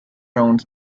round